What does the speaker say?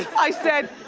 i said,